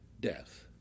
death